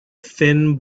thin